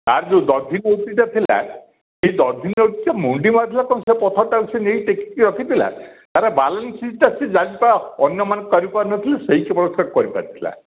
ତା'ର ଯୋଉ ଦଧିନଉତି ଟା ଥିଲା ସେ ଦଧିନଉତି ଟା ମୁଣ୍ଡି ମାରିଥିଲା ଏବଂ ସେ ପଥର ନେଇକି ଟେକିକି ରଖିଥିଲା ତା'ର ବାଲେନସିଙ୍ଗ ସେ ଜାଣିଥିଲା ଅନ୍ୟ ମାନେ କରିପାରୁ ନଥିଲେ ସେଇ କେବଳ ସେଟା କରିପାରିଥିଲା